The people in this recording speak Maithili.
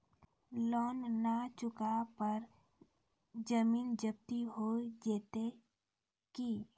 लोन न चुका पर जमीन जब्ती हो जैत की?